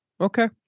Okay